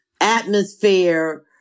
Atmosphere